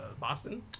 Boston